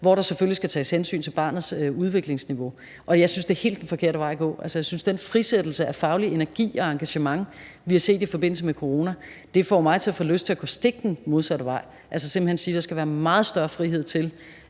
hvor der selvfølgelig skal tages hensyn til barnets udviklingsniveau. Jeg synes, det er den helt forkerte vej at gå. Altså, jeg synes, at den frisættelse af faglig energi og engagement, vi har set i forbindelse med corona, får mig til at få lyst til at gå den stik modsatte vej og simpelt hen sige, at der skal være meget større frihed til,